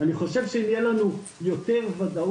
אני חושב שאם תהיה לנו יותר וודאות,